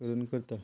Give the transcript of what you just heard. धरून करता